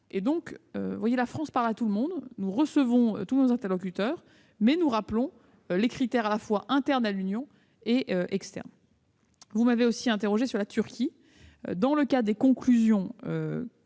état de cause, la France parle à tout le monde. Nous recevons tous nos interlocuteurs, mais nous leur rappelons les critères à la fois internes à l'Union et externes. Vous m'avez également interrogée sur la Turquie. Dans le cadre des conclusions